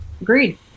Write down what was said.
Agreed